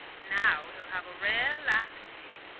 now he'll have a rare laugh at me.